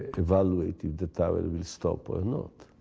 evaluate if the tower will will stop or not.